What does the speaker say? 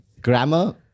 Grammar